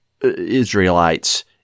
Israelites